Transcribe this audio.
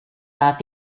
not